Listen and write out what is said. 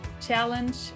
challenge